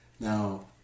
Now